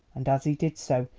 and as he did so,